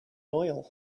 oil